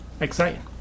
Exciting